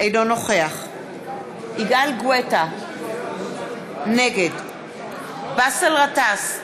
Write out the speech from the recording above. אינו נוכח יגאל גואטה, נגד באסל גטאס,